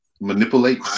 Manipulate